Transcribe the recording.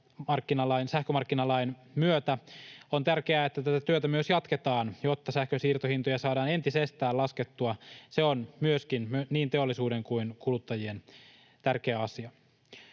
sähkömarkkinalain myötä. On tärkeää, että tätä työtä myös jatketaan, jotta sähkön siirtohintoja saadaan entisestään laskettua. Se on myöskin niin teollisuuden kuin kuluttajien kannalta